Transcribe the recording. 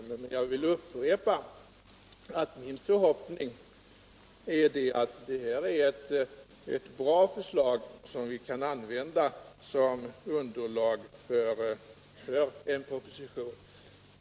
Men jag vill upprepa att min förhoppning är att det är ett bra förslag som vi kan använda som underlag för en proposition.